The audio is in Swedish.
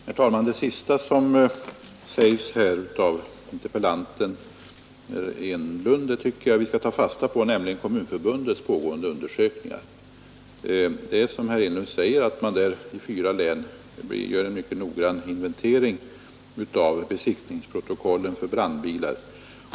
Herr talman! Jag tycker att vi skall ta fasta på det som interpellanten, herr Enlund, senast sade, nämligen att det inom Kommunförbundet pågår en undersökning. Man gör där, som herr Enlund säger, en mycket noggrann inventering i fyra län av besiktningsprotokollen för brandbilar.